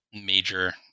major